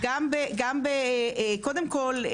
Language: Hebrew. קודם כל,